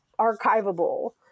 archivable